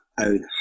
own